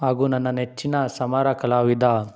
ಹಾಗೂ ನನ್ನ ನೆಚ್ಚಿನ ಸಮರ ಕಲಾವಿದ